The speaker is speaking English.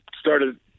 started